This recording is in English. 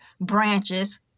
branches